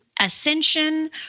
ascension